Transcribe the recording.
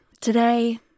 Today